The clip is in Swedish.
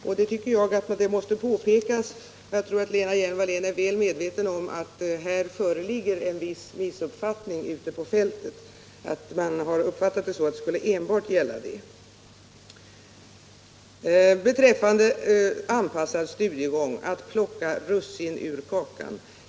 Jag tycker att det måste påpekas och jag tror att Lena Hjelm-Wallén är väl medveten om att det här föreligger en viss missuppfattning ute på fältet. Man har uppfattat förslaget så att det enbart skulle gälla föreningarna. När det gäller anpassad studiegång säger Lena Hjelm-Wallén att vi plockar russinen ur kakan.